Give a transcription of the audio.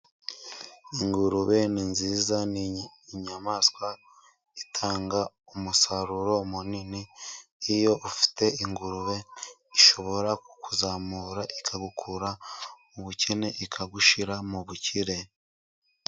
Ingurube ni nziza ,ni inyamaswa itanga umusaruro munini, iyo ufite ingurube ishobora kukuzamura ikagukura bukene ikagushira mu bukire.